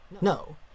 No